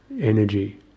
energy